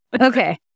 Okay